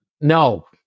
No